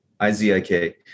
i-z-i-k